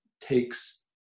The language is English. takes